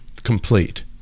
complete